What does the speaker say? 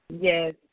Yes